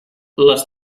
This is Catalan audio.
les